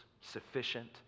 sufficient